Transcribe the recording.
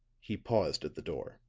he paused at the door.